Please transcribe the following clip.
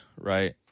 right